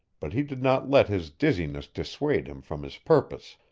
but he did not let his dizziness dissuade him from his purpose,